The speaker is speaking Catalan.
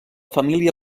família